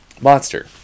Monster